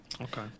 Okay